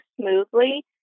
smoothly